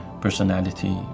personality